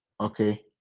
Okay